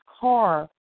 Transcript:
car